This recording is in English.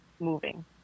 moving